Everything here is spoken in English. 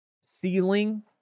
ceiling